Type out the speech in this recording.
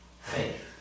faith